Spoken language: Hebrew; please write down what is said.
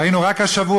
ראינו רק השבוע,